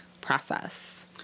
process